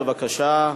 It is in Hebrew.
בבקשה.